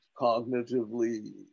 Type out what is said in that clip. cognitively